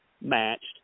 matched